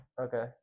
okay